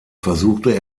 versuchte